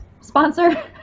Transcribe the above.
sponsor